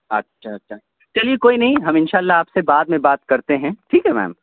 اچھا اچھا چلیے کوئی نہیں ہم ان شاء اللہ آپ سے بعد میں بات کرتے ہیں ٹھیک ہے میم